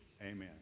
Amen